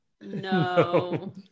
No